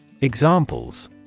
Examples